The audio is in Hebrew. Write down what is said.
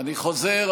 אני חוזר.